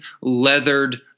leathered